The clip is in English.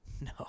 No